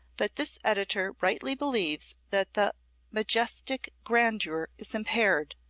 but this editor rightly believes that the majestic grandeur is impaired,